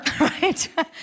right